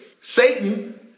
Satan